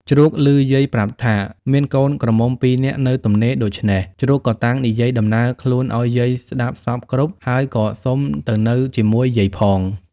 ជ្រូកឮយាយប្រាប់ថា មានកូន ក្រមុំពីរនាក់នៅទំនេរដូច្នេះ ជ្រូកក៏តាំងនិយាយដំណើរខ្លួនឱ្យយាយស្ដាប់សព្វគ្រប់ ហើយក៏សុំទៅនៅជាមួយយាយផង។